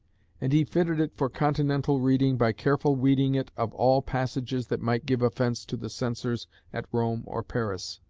and he fitted it for continental reading by carefully weeding it of all passages that might give offence to the censors at rome or paris.